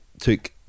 took